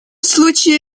случае